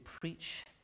preach